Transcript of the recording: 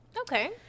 okay